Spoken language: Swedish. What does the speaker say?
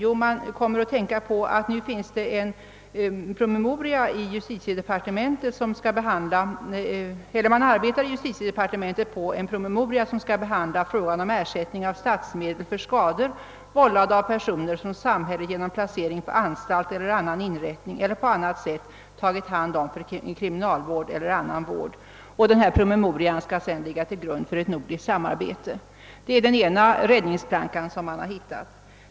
Jo, de utskottsledamöter som tillhör majoriteten kommer att tänka på att man i justitiedepartementet arbetar på en promemoria som skall behandla frågan om ersättning av statsmedel för skador, vål lade av personer som samhället genom placering på anstalt eller på annan inrättning eller på annat sätt tagit hand om för kriminalvård eller annan vård. Denna promemoria skall sedan ligga till grund för ett nordiskt samarbete. Det är den ena räddningsplankan.